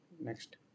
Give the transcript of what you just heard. Next